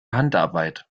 handarbeit